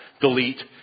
Delete